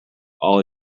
all